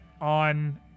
on